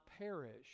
perish